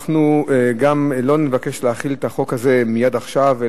אנחנו גם לא נבקש להחיל את החוק הזה מייד עכשיו,